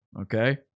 Okay